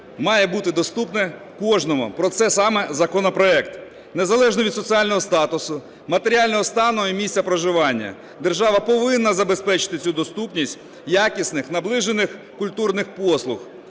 має бути доступне кожному, про це саме законопроект. Незалежно від соціального статусу, матеріального стану і місця проживання держава повинна забезпечити цю доступність якісних, наближених культурних послуг.